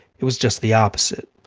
it was just the opposite.